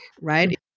right